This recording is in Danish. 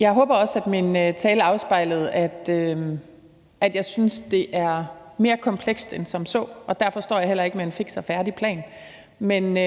Jeg håber også, at min tale afspejlede, at jeg synes, det er mere komplekst end som så. Derfor står jeg heller ikke med en fiks og færdig plan, men med